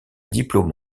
diplôme